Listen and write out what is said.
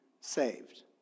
saved